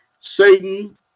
Satan